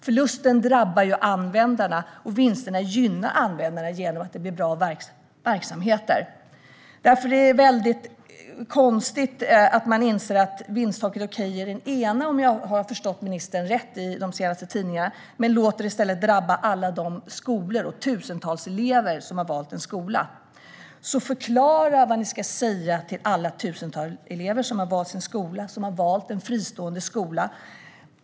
Förlusten drabbar användarna, medan vinsterna gynnar användarna genom att verksamheterna blir bra. Därför är det väldigt konstigt att man anser att vinsttaket är okej i det ena fallet - om jag har förstått ministerns senaste uttalanden i tidningarna rätt - men i stället låter det drabba skolorna och alla de tusentals elever som har valt en viss skola. Förklara vad ni ska säga till alla tusentals elever som har valt en fristående skola!